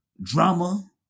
drama